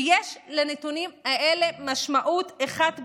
ויש לנתונים האלה משמעות אחת ברורה: